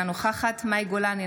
אינה נוכחת מאי גולן,